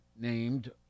named